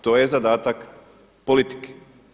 To je zadatak politike.